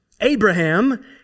Abraham